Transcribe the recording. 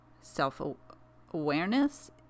Self-awareness